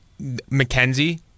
McKenzie